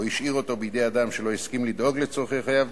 או שהשאיר אותו בידי אדם שלא הסכים לדאוג לצורכי חייו,